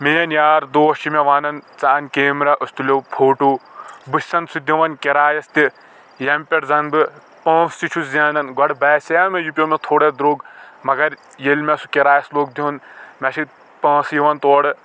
میٛأنۍ یار دوس چھ مےٚ ونان ژٕ اَن کیمرا أسۍ تُلو فوٹو بہٕ چھِسن سُہ دِوان کِرایس تہِ ییٚمہِ پٮ۪ٹھ زن بہٕ پونٛسہِ تہِ چھُس زینان گۄڈٕ باسیوو مےٚ یہِ پیوٚو مےٚ تھوڑا دروٚگ مگر ییٚلہِ مےٚ سُہ کِرایس لوگ دیُن مےٚ چھ پونٛسہٕ یِوان تورٕ